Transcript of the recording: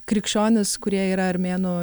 krikščionys kurie yra armėnų